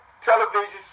television